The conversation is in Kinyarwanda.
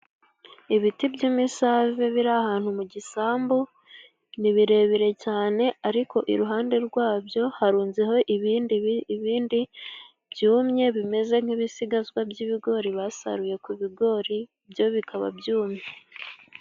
Ibiti by'imisave biri ahantu mu gisambu, ni birebire cyane ariko iruhande rwabyo harunzeho ibindi biti byumye bimeze nk'ibisigazwa by'ibigori basaruye ku bigori byo bikaba byumye.